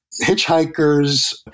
hitchhikers